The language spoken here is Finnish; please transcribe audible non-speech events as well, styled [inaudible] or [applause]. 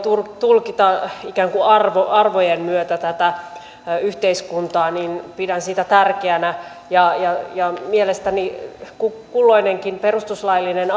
tulkita ikään kuin arvojen myötä tätä yhteiskuntaa pidän tärkeänä mielestäni kulloinenkin perustuslaillinen [unintelligible]